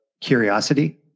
curiosity